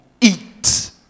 eat